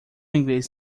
inglês